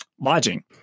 lodging